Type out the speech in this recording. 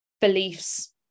beliefs